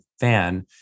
fan